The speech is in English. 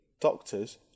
Doctors